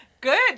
Good